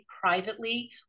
privately